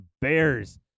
Bears